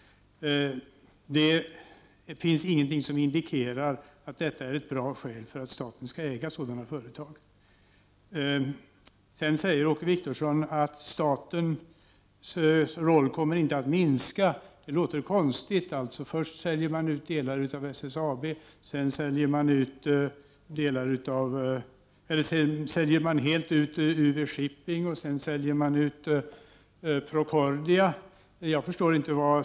Det finns ingenting som indikerar att detta är ett bra skäl för att staten skall äga sådana företag. Sedan säger Åke Wictorsson att statens roll inte kommer att minska. Det låter konstigt. Först säljer man ut delar av SSAB, sedan säljer man helt ut UV-Shipping, och så säljer man ut Procordia.